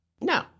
No